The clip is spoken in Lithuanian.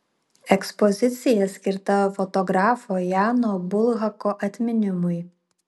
ekspozicija skirta fotografo jano bulhako atminimui